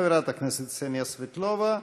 חברת הכנסת קסניה סבטלובה,